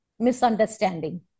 Misunderstanding